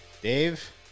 Dave